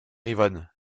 yvonne